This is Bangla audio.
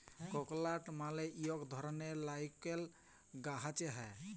ককলাট মালে ইক ধরলের লাইরকেল গাহাচে হ্যয়